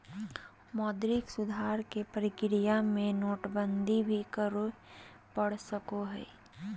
मौद्रिक सुधार के प्रक्रिया में नोटबंदी भी करे पड़ सको हय